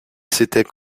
s’étaient